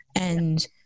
and-